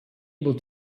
able